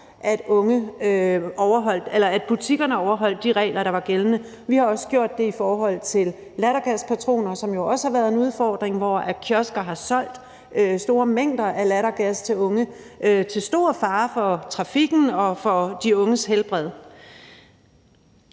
at butikkerne overholdt de regler, der var gældende. Vi har også gjort det i forhold til lattergaspatroner, som jo også har været en udfordring, fordi kiosker har solgt store mængder af lattergas til unge – til stor fare for trafikken og de unges helbred.